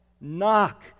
Knock